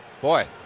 Boy